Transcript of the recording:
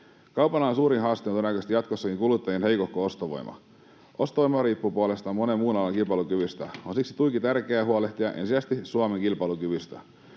Kaupan alan suurin haaste on todennäköisesti jatkossakin kuluttajien heikohko ostovoima. Ostovoima riippuu puolestaan monen muun alan kilpailukyvystä. On siksi tuiki tärkeää huolehtia ensisijaisesti Suomen kilpailukyvystä.